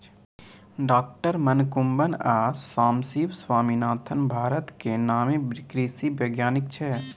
डॉ मनकुंबन आ सामसिब स्वामीनाथन भारतक नामी कृषि बैज्ञानिक छै